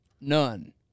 None